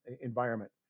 environment